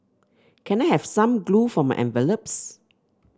can I have some glue for my envelopes